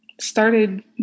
started